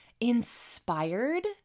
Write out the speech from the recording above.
inspired